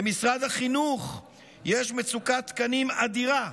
במשרד החינוך יש מצוקת תקנים אדירה,